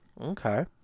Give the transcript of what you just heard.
Okay